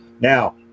now